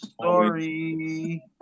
story